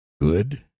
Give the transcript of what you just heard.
good